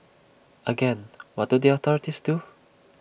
again what do the authorities do